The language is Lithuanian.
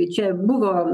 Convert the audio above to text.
čia buvo